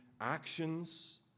actions